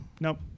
Nope